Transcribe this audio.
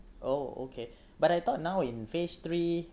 oh okay but I thought now in phase three